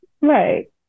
Right